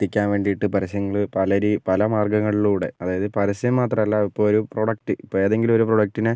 എത്തിക്കാൻ വേണ്ടിയിട്ട് പരസ്യങ്ങള് പലര് പല മാർഗ്ഗങ്ങളിലൂടെ അതായത് പരസ്യം മാത്രമല്ല ഇപ്പമൊരു പ്രൊഡക്റ്റ് ഇപ്പം ഏതെങ്കിലും ഒരു പ്രൊഡക്റ്റിനെ